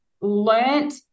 learned